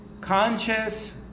conscious